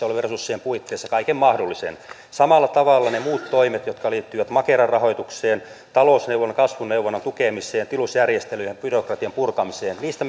olevien resurssien puitteissa kaiken mahdollisen samalla tavalla ne muut toimet jotka liittyvät makeran rahoitukseen talousneuvonnan ja kasvuneuvonnan tukemiseen tilusjärjestelyyn ja byrokratian purkamiseen niistä